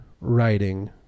writing